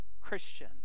Christian